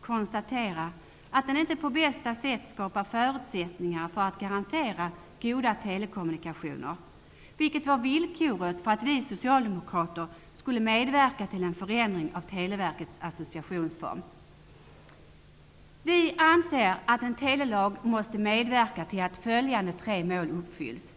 konstatera att den inte på bästa sätt skapar förutsättningar för att garantera goda telekommunikationer, vilket var villkoret för att vi socialdemokrater skulle medverka till en förändring av Televerkets associationsform. Vi socialdemokrater anser att en telelag måste medverka till att följande tre mål uppfylls.